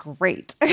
great